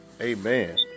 Amen